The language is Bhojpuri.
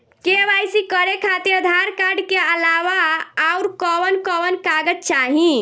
के.वाइ.सी करे खातिर आधार कार्ड के अलावा आउरकवन कवन कागज चाहीं?